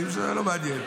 זה לא מעניין.